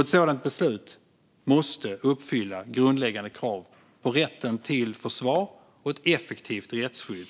Ett sådant beslut måste uppfylla grundläggande krav på rätten till försvar och ett effektivt rättsskydd.